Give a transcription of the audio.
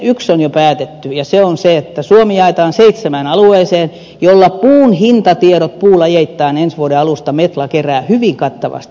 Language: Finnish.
yksi on jo päätetty ja se on se että suomi jaetaan seitsemään alueeseen joilta puun hintatiedot puulajeittain ensi vuoden alusta metla kerää hyvin kattavasti